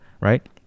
right